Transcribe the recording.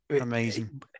amazing